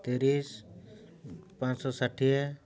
ତିରିଶି ପାଞ୍ଚଶହ ଷାଠିଏ